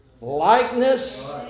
likeness